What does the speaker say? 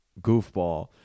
goofball